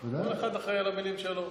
אתה אחראי למילים שלך,